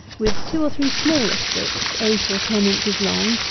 with two or three smaller sticks, eight or ten inches long,